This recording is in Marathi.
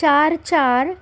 चार चार